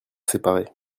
séparés